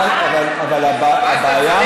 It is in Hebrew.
אבל הבעיה,